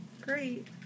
great